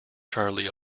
charlie